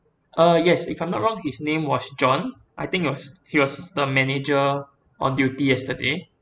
uh yes if I'm not wrong his name was john I think he was he was the manager on duty yesterday